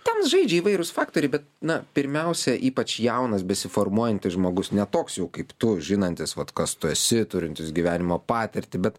ten žaidžia įvairūs faktoriai bet na pirmiausia ypač jaunas besiformuojantis žmogus ne toks jau kaip tu žinantis vat kas tu esi turintis gyvenimo patirtį bet